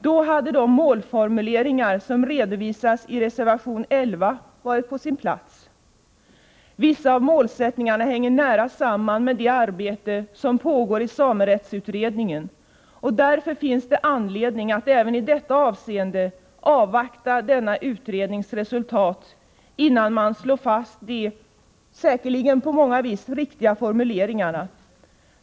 Då hade de målformuleringar som redovisas i reservation 11 varit på sin plats. Vissa av målsättningarna hänger nära samman med det arbete som pågår i samerättsutredningen, och därför finns det anledning att även i detta avseende avvakta denna utrednings resultat innan man slår fast de säkerligen på många vis riktiga formuleringarna.